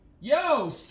Yo